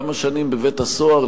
כמה שנים בבית-הסוהר,